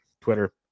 Twitter